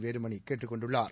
வேலுமணி கேட்டுக் கொண்டுள்ளார்